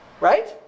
Right